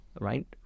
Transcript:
right